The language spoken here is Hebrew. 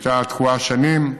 היא הייתה תקועה שנים.